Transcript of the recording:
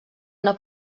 una